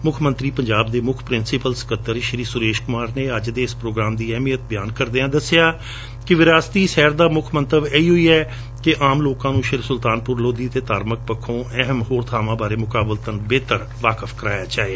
ਮੁੱਖ ਮੰਤਰੀ ਪੰਜਾਬ ਦੇ ਸਲਾਹਕਾਰ ਸ਼ੀ ਸੁਰੇਸ਼ ਕੁਮਾਰ ਨੇ ਅੱਜ ਦੇ ਇਸ ਪ੍ਰੋਗਰਾਮ ਦੀ ਅਹਿਮੀਅਤ ਬਿਆਨ ਕਰਦਿਆਂ ਦੱਸਿਆ ਕਿ ਵਿਰਾਸਤੀ ਸੈਰ ਦਾ ਮੁੱਖ ਮੰਤਵ ਇਹੋ ਸੀ ਕਿ ਆਮ ਲੋਕਾਂ ਨੂੰ ਸ਼ੀ ਸੁਲਤਾਨਪੁਰ ਲੋਧੀ ਅਤੇ ਧਾਰਮਕ ਪੱਖੋ ਅਹਿਮ ਹੋਰ ਬਾਵਾਂ ਬਾਰੇ ਮੁਕਾਬਲਤਨ ਬੇਹਤਰ ਜਾਣ ਕਰਵਾਇਆ ਜਾਵੇ